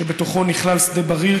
שבתוכו נכלל שדה בריר,